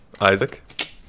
Isaac